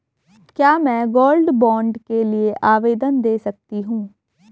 क्या मैं gold bond के लिए आवेदन दे सकती हूँ?